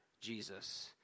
Jesus